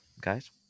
Guys